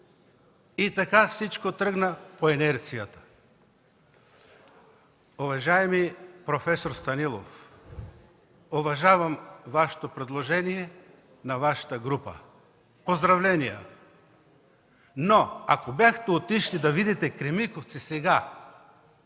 И така всичко тръгна по инерцията. Уважаеми проф. Станилов, уважавам предложението на Вашата група. Поздравления! Но ако бяхте отишли да видите „Кремиковци” сега,